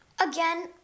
again